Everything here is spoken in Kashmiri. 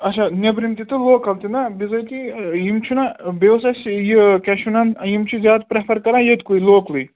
اچھا نیٚبرِم تہِ تہِ لوکَل تہِ نا بِظٲتی یِم چھِنہٕ بیٚیہِ اوس اَسہِ یہِ کیٛاہ چھِ وَنان یِم چھِ زیادٕ پیٚرفَر کران یٔتکُے لوکلٕے